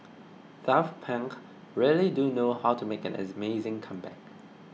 Daft Punk really do know how to make an amazing comeback